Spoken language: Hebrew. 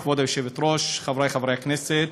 כבוד היושבת-ראש, חברי חברי הכנסת,